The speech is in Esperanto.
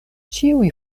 ĉiuj